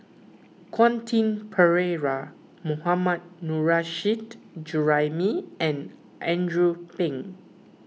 Quentin Pereira Mohammad Nurrasyid Juraimi and Andrew Phang